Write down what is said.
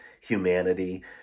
humanity